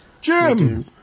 Jim